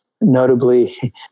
notably